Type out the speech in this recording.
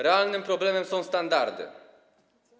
Realnym problemem są standardy.